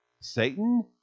Satan